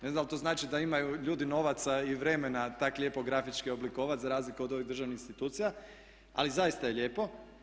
Ne znam jel to znači da imaju ljudi novaca i vremena tak lijepo grafički oblikovati za razliku od ovih državnih institucija, ali zaista je lijepo.